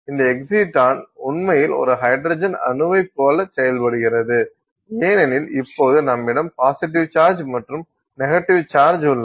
இந்த எக்ஸிடான் உண்மையில் ஒரு ஹைட்ரஜன் அணுவைப் போலவே செயல்படுகிறது ஏனெனில் இப்போது நம்மிடம் பாசிட்டிவ் சார்ஜ் மற்றும் நெகட்டிவ் சார்ஜ் உள்ளது